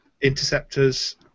Interceptors